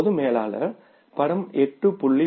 பொது மேலாளர் படம் 8